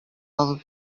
алып